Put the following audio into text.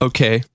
Okay